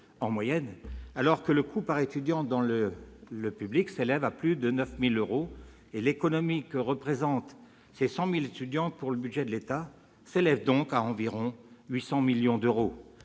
en moyenne, alors que le coût par étudiant dans le secteur public s'élève à plus de 9 000 euros, et l'économie que représentent ces 100 000 étudiants pour le budget de l'État s'élève donc à environ 800 millions d'euros.